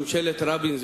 ממשלת רבין,